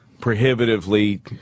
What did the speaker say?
Prohibitively